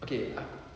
okay ah